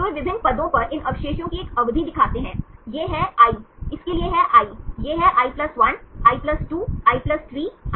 तो वे विभिन्न पदों पर इन अवशेषों की एक अवधि दिखाते हैं यह है i इसके लिए है i यह i 1 i 2 i 3 i 4 है